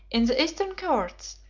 in the eastern courts,